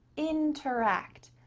interact.